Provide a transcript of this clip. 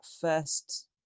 first